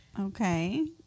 Okay